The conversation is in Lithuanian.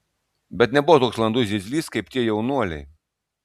bet nebuvau toks landus zyzlys kaip tie jaunuoliai